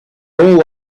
all